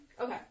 Okay